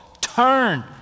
turn